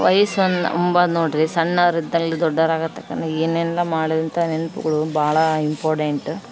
ವಯ್ಸು ಒನ್ ಅಂಬದು ನೋಡಿ ಸಣ್ಣೊರ್ ಇದ್ದಾಗಲು ದೊಡ್ಡಾರು ಆಗ ತಕನು ಏನೆಲ್ಲ ಮಾಡೋದಂತ ನೆನಪುಗಳು ಭಾಳ ಇಂಪೊಡೆಂಟ್